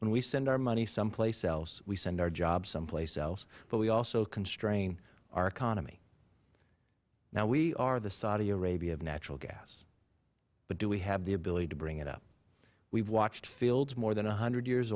when we send our money someplace else we send our jobs someplace else but we also constrain our economy now we are the saudi arabia of natural gas but do we have the ability to bring it up we've watched fields more than a hundred years